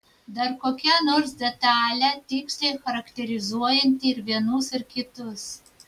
dar kokia nors detalė tiksliai charakterizuojanti ir vienus ir kitus